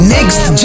Next